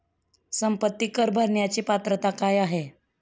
संपत्ती कर भरण्याची पात्रता काय आहे?